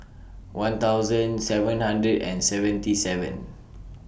one thousand seven hundred and seventy seven